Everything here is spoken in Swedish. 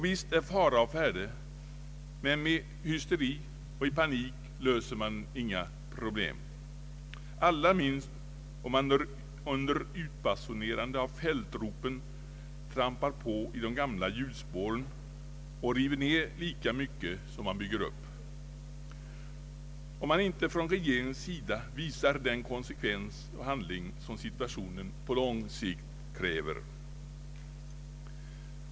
Visst är fara å färde, men med hysteri och i panik löser man inga problem, allra minst om man under utbasunerande av fältropen trampar på i de gamla hjulspåren och river ned lika mycket som man bygger upp, om man inte från regeringens sida visar den konsekvens och handling som situationen på lång sikt kräver.